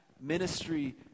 ministry